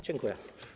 Dziękuję.